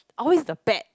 always the bad